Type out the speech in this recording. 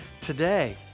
today